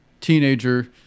teenager